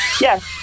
Yes